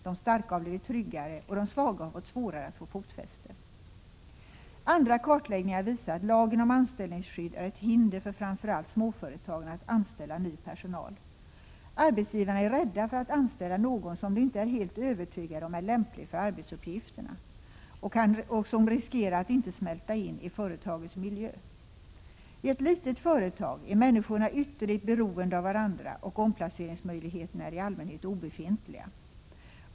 De starka har blivit tryggare och de svaga har fått svårare att få fotfäste. Andra kartläggningar visar att lagen om anställningsskydd är ett hinder för framför allt småföretagen att anställa ny personal. Arbetsgivarna är rädda för att anställa någon som de inte är helt övertygade om är lämplig för arbetsuppgifterna och som riskerar att inte smälta in i företagets miljö. I ett litet företag är människorna ytterligt beroende av varandra och omplaceringsmöjligheterna är i allmänhet obefintliga.